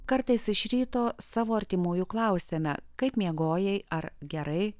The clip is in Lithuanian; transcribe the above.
kartais iš ryto savo artimųjų klausiame kaip miegojai ar gerai